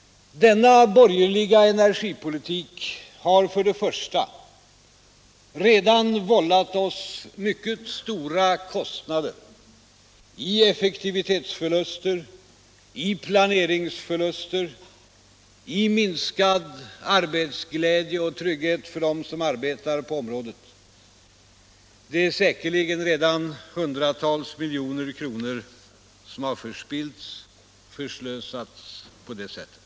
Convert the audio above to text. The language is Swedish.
Denna borgerliga energipolitik har för det första redan vållat oss mycket stora kostnader i effektivitetsförluster, i planeringsförluster, i minskad - Nr 107 arbetsglädje och trygghet för dem som arbetar på området. Det är sä Torsdagen den kerligen redan hundratals miljoner kronor som har förspillts och förslösats 14 april 1977 på det sättet.